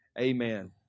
Amen